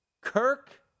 Kirk